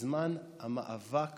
בזמן המאבק